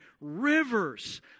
rivers